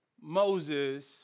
Moses